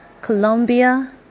Colombia